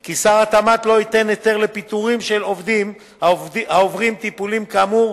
כי שר התמ"ת לא ייתן היתר לפיטורים של עובדים העוברים טיפולים כאמור,